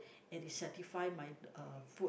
it is satisfy my uh food